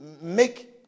make